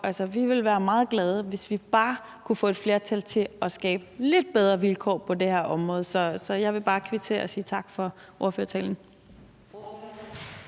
vi ville være meget glade, hvis vi bare kunne få et flertal til at skabe lidt bedre vilkår på det her område. Så jeg vil bare kvittere og sige tak for ordførertalen.